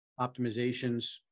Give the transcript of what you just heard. optimizations